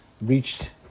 reached